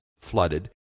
flooded